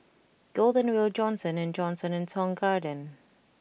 Golden Wheel Johnson and Johnson and Tong Garden